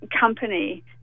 company